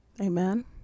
Amen